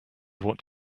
what